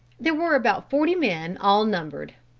there were about forty men all numbered,